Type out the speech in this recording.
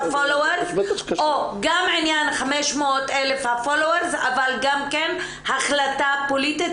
פולוארס או גם עניין 500,000 הפולוארס אבל גם כן החלטה פוליטית.